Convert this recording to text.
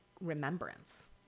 remembrance